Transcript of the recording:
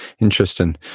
interesting